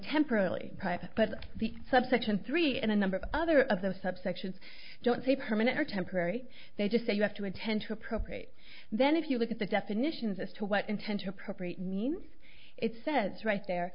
temporarily private but the subsection three and a number of other of those subsections don't save herman are temporary they just say you have to attend to appropriate then if you look at the definitions as to what intention appropriate means it says right there